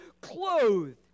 clothed